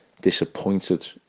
disappointed